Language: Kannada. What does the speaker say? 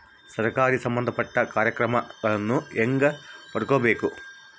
ಸರಕಾರಿ ಸಂಬಂಧಪಟ್ಟ ಕಾರ್ಯಕ್ರಮಗಳನ್ನು ಹೆಂಗ ಪಡ್ಕೊಬೇಕು?